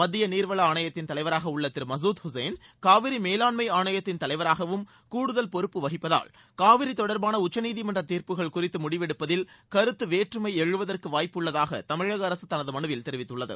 மத்திய நீர்வள ஆணையத்தின் தலைவராக உள்ள திரு மசூத் உசேன் காவிரி மேலாண்மை ஆணையத்தின் தலைவராகவும் கூடுதல் பொறுப்பு வகிப்பதால் காவிரி கொடர்பாள உச்சநீதிமன்றத் தீர்ப்புகள் குறித்து முடிவெப்பதில் கருத்து வேற்றுமை எழுவதற்கு வாய்ப்புள்ளதாக தமிழக அரசு தனது மனுவில் தெரிவித்துள்ளது